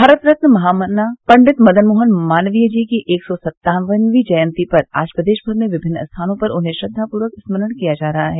भारत रत्न महामना पंडित मदन मोहन मालवीय जी की एक सौ सत्तावनवीं जयंती पर आज प्रदेश भर में विभिन्न स्थानों पर उन्हें श्रद्वापूर्वक स्मरण किया जा रहा है